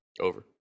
Over